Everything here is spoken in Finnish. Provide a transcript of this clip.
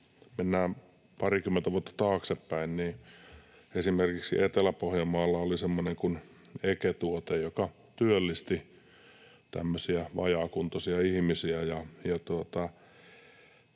mennään parikymmentä vuotta taaksepäin, niin esimerkiksi Etelä-Pohjanmaalla oli semmoinen kuin EKE-tuote, joka työllisti vajaakuntoisia ihmisiä.